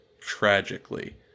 tragically